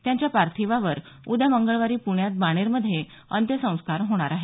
त्यांच्या पार्थिवावर उद्या मंगळवारी प्रण्यात बाणेरमध्ये अंत्यसंस्कार होणार आहेत